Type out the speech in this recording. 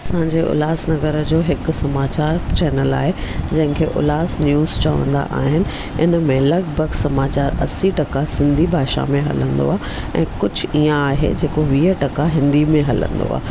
असांजे उल्हास नगर जो हिकु समाचार चैनल आहे जंहिंखे उल्हास न्यूज चवंदा आहिनि इनमें लॻभॻि समाचार असीं टका सिंधी भाषा में हलंदो आहे ऐं कझु ईअं आहे जेको वीह टका हिंदी में हलंदो आहे